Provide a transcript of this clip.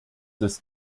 des